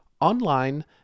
Online